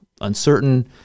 uncertain